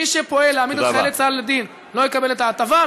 מי שפועל להעמיד את חיילי צה"ל לדין לא יקבל את ההטבה.